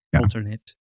alternate